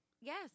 Yes